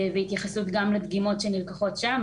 וגם התייחסות לדגימות שנלקחות שם,